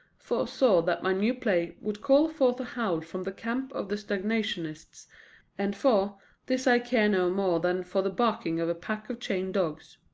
foresaw that my new play would call forth a howl from the camp of the stagnationists and for this i care no more than for the barking of a pack of chained dogs.